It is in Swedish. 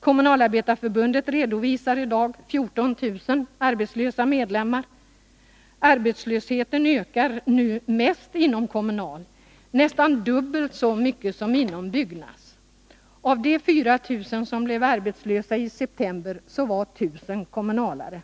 Kommunalarbetareförbundet redovisar i dag 14 000 arbetslösa medlemmar. Arbetslösheten ökar nu mest inom Kommunal— nästan dubbelt så mycket som inom Byggnads. Av de 4 000 som blev arbetslösa i september var 1000 kommunalare.